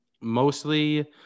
mostly